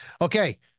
Okay